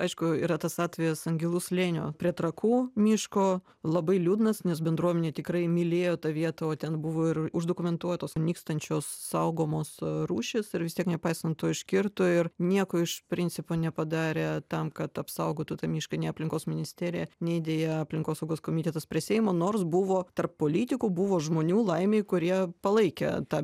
aišku yra tas atvejis angelų slėnio prie trakų miško labai liūdnas nes bendruomenė tikrai mylėjo tą vietą o ten buvo ir už dokumentuotos nykstančios saugomos rūšys ir vis tiek nepaisant to iškirto ir nieko iš principo nepadarė tam kad apsaugotų tą mišką nei aplinkos ministerija nei deja aplinkosaugos komitetas prie seimo nors buvo tarp politikų buvo žmonių laimei kurie palaikė tą